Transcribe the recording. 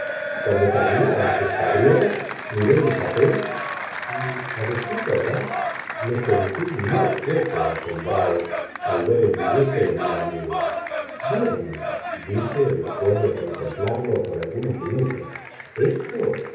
cuando terminaron sus cabriolas miré el papel y a decir verdad me sentí no poco asombrado al ver el dibujo de mi amigo bien dije después de contemplarlo por algunos minutos esto